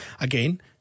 again